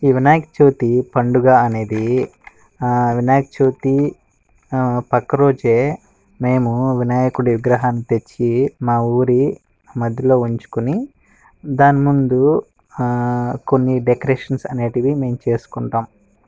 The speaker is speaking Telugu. ఈ వినాయక చవితి పండుగ అనేది వినాయక చవితి పక్క రోజు మేము వినాయకుడి విగ్రహాన్ని తెచ్చి మా ఊరి మధ్యలో ఉంచుకొని దాని ముందు కొన్ని డెకరేషన్స్ అనేవి మేము చేసుకుంటాం